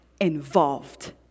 involved